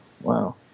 Wow